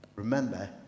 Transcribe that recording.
Remember